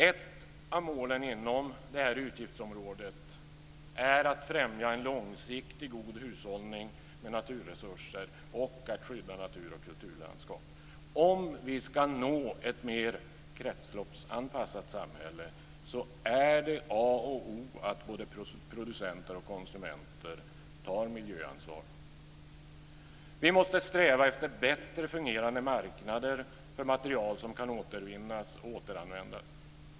Ett av målen inom det här utgiftsområdet är att främja en långsiktig god hushållning med naturresurser och att skydda natur och kulturlandskap Om vi ska nå ett mer kretsloppsanpassat samhälle är det A och O att både producenter och konsumenter tar miljöansvar. Vi måste sträva efter bättre fungerande marknader för material som kan återvinnas och återanvändas.